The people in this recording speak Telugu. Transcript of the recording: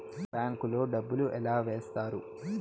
బ్యాంకు లో డబ్బులు ఎలా వేస్తారు